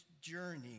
journey